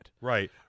Right